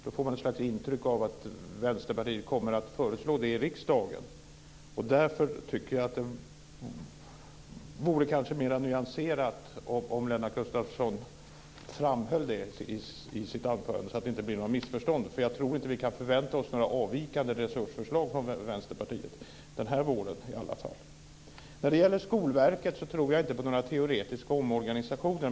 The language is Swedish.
Då får man intryck av att Vänsterpartiet kommer att föreslå det i riksdagen. Därför tycker jag att det kanske vore mer nyanserat om Lennart Gustavsson framhöll det i sitt anförande så att det inte blir några missförstånd, för jag tror inte att vi kan förvänta oss några avvikande resursförslag från Vänsterpartiet, inte den här våren i alla fall. När det gäller Skolverket tror jag inte på några teoretiska omorganisationer.